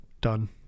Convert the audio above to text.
done